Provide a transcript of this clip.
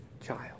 child